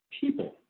people